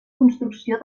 construcció